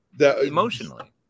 emotionally